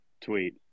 tweet